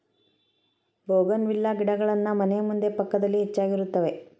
bougainvillea ಗಿಡಗಳನ್ನಾ ಮನೆ ಮುಂದೆ ಪಕ್ಕದಲ್ಲಿ ಹೆಚ್ಚಾಗಿರುತ್ತವೆ